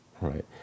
right